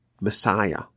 Messiah